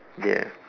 yes